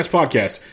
Podcast